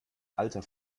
alter